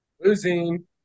Losing